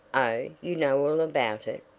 oh, you know all about it,